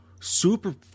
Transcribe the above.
super